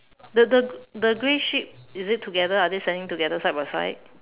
the the the grey sheep is it together are they standing together side by side